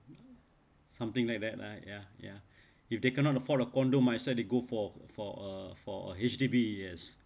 something like that lah ya ya if they cannot afford a condo might as well they go for for uh for a H_D_B yes